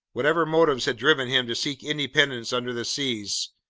whatever motives had driven him to seek independence under the seas,